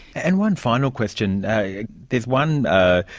and one final question, there's one ah